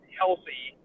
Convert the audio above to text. healthy